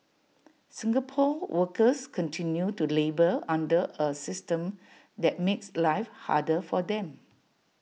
Singapore's workers continue to labour under A system that makes life harder for them